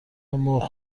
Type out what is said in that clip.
مرغ